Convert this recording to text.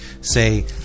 say